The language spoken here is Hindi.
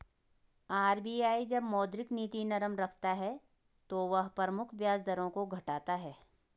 आर.बी.आई जब मौद्रिक नीति नरम रखता है तो वह प्रमुख ब्याज दरों को घटाता है